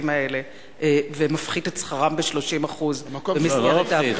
האלה ומפחית את שכרם ב-30% במסגרת ההפרטה,